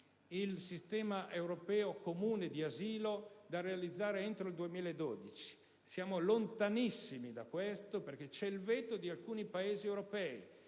il sistema europeo comune di asilo da realizzare entro il 2012: siamo lontanissimi da questo, perché c'è il veto di alcuni Paesi europei